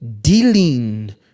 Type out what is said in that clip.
dealing